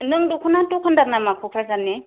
नों दख'ना दखानदार नामा क'क्राझारनि